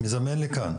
לזמן לי לכאן